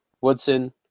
Woodson